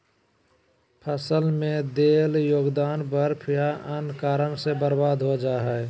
फसल में देल योगदान बर्फ या अन्य कारन से बर्बाद हो जा हइ